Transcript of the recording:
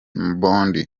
mbondi